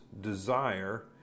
desire